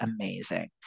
amazing